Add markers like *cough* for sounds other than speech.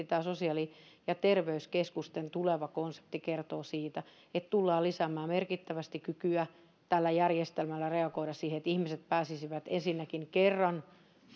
*unintelligible* tämä sosiaali ja terveyskeskusten tuleva konsepti kertoo siitä että tullaan lisäämään merkittävästi kykyä tällä järjestelmällä reagoida siihen että ihmiset pääsisivät ensinnäkin